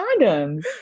condoms